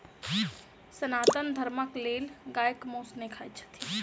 सनातन धर्मक लोक गायक मौस नै खाइत छथि